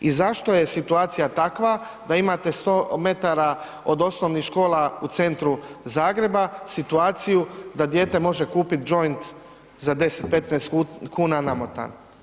I zašto je situacija takva da imate 100 metara od osnovnih škola u centru Zagreba situaciju da dijete može kupit džoint za 10-15,00 kn namotan.